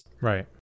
Right